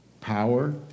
Power